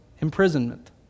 imprisonment